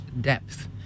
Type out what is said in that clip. depth